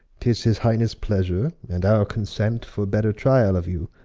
tis his highnesse pleasure and our consent, for better tryall of you,